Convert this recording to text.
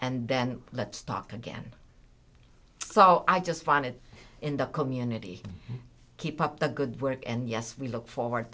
and then let's talk again so i just find it in the community keep up the good work and yes we look forward